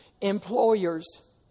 Employers